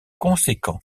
conséquent